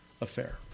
affair